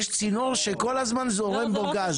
יש צינור שכל הזמן זורם בו גז.